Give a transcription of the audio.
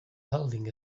holding